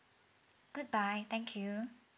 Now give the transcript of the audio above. goodbye thank you